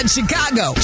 Chicago